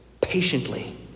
patiently